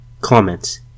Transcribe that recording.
Comments